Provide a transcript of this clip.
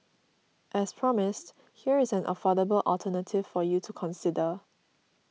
as promised here is an affordable alternative for you to consider